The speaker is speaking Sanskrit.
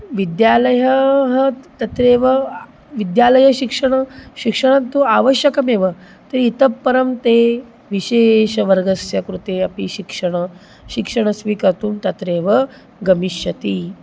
विद्यालयः ह तत्रैव विद्यालयशिक्षणं शिक्षणं तु आवश्यकमेव तर्हि इतः परं ते विशेषवर्गस्य कृते अपि शिक्षणं शिक्षणं स्वीकर्तुं तत्रैव गमिष्यति